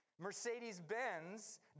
Mercedes-Benz